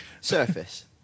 Surface